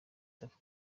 tuff